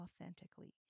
authentically